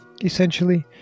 essentially